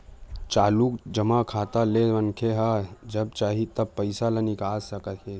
चालू जमा खाता ले मनखे ह जब चाही तब पइसा ल निकाल सकत हे